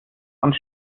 und